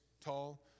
tall